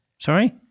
Sorry